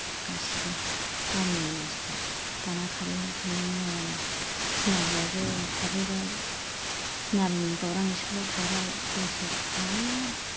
गासिबो गामिनि मानसिफ्रा दाना खारै खारनानै हनै थिनालियावबो थाफैबाय थिनालिनि गौरां स्कुलाव थाबाय दसे आरो